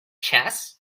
chess